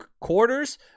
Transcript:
quarters